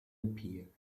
appeared